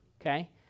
okay